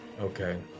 okay